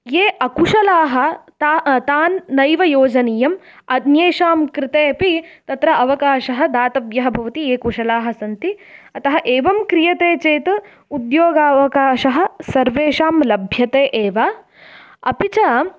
ये अकुशलाः ता तान् नैव योजनीयम् अन्येषां कृते अपि तत्र अवकाशः दातव्यः भवति ये कुशलाः सन्ति अतः एवं क्रियते चेत् उद्योगावकाशः सर्वेषां लभ्यते एव अपि च